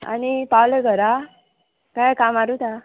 आनी पावलें घरा कांय कामारूच हा